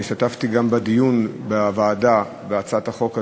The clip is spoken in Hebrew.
אני השתתפתי גם בדיון בוועדה בהצעת החוק הזאת,